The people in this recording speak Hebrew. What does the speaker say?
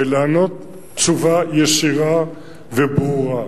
לענות תשובה ישירה וברורה: